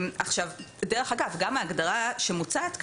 דרך אגב, גם ההגדרה שמוצעת כאן,